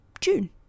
June